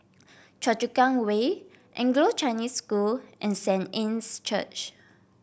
Choa Chu Kang Way Anglo Chinese School and Saint Anne's Church